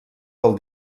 del